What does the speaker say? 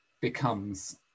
becomes